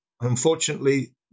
Unfortunately